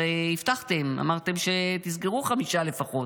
הרי הבטחתם, אמרתם שתסגרו חמישה לפחות.